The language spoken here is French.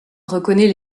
reconnaît